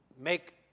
make